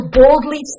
boldly